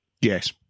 Yes